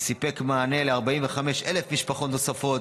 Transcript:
סיפקה מענה ל-45,000 משפחות נוספות.